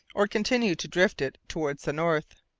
or continue to drift it towards the north.